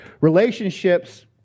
Relationships